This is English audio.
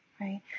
Right